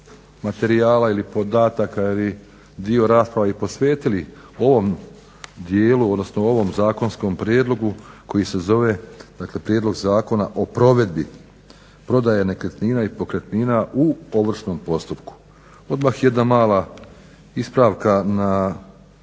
materijala ili podataka ili dio rasprava i posvetili ovom dijelu, odnosno ovom zakonskom prijedlogu koji se zove dakle prijedlog Zakona o provedbi prodaje nekretnina i pokretnina u ovršnom postupku. Odmah jedna mala ispravka, kada